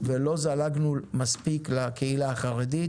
ולא זלגנו מספיק גם לקהילה החרדית